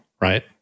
right